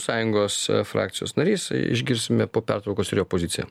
sąjungos frakcijos narys išgirsime po pertraukos ir jo poziciją